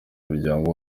muryango